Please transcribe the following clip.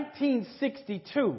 1962